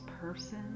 person